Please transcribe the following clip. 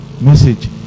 message